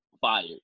fired